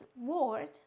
word